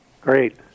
Great